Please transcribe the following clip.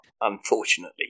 unfortunately